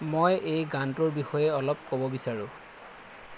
মই এই গানটোৰ বিষয়ে অলপ ক'ব বিচাৰোঁ